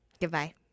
Goodbye